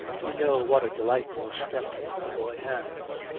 you, know what a delightful step the boy has.